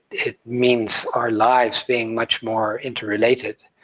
it means our lives being much more interrelated.